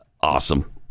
awesome